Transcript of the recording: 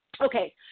Okay